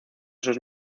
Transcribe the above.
sus